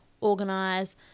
organize